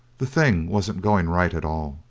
the thing wasn't going right at all,